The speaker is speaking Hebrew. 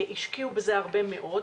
בזה הרבה מאוד.